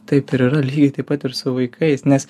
taip ir yra lygiai taip pat ir su vaikais nes